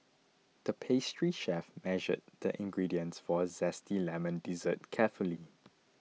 the pastry chef measured the ingredients for a Zesty Lemon Dessert carefully